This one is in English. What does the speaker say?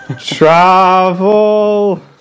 Travel